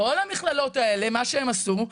כל המכללות האלה מה שהן עשו,